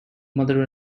mother